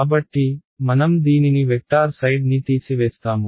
కాబట్టి మనం దీనిని వెక్టార్ సైడ్ని తీసివేస్తాము